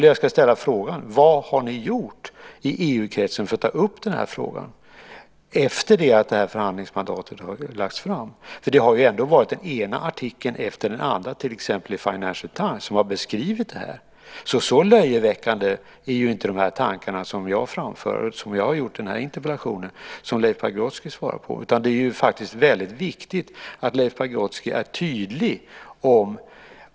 Och jag ska ställa frågan: Vad har ni gjort i EU-kretsen för att ta upp den här frågan efter det att det här förhandlingsmandatet har lagts fram? Det har ju ändå skrivits den ena artikeln efter den andra, till exempel i Financial Times, där man har beskrivit detta. Så löjeväckande är inte de tankar som jag framför i den interpellation som Leif Pagrotsky svarar på. Det är faktiskt väldigt viktigt att Leif Pagrotsky är tydlig här.